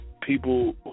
people